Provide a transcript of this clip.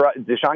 Deshaun